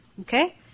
Okay